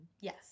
Yes